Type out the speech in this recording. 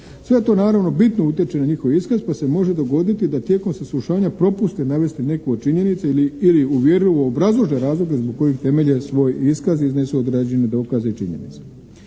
Sve to naravno bitno utječe na njihov iskaz pa se može dogoditi da tijekom saslušanja propuste navesti neku od činjenica ili uvjerljivo obrazlože razloge zbog kojih temelje svoj iskaz i iznesu određene dokaze i činjenice.